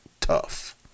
tough